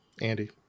Andy